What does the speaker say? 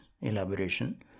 elaboration